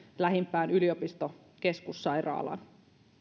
lähimpään yliopistokeskussairaalaan